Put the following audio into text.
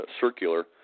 circular